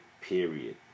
period